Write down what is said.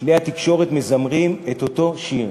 כלי התקשורת מזמרים את אותו שיר,